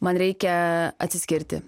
man reikia atsiskirti